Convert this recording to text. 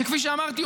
שכפי שאמרתי,